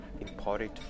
imported